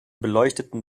beleuchteten